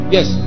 Yes